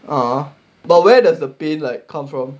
ah but where does the pain like come from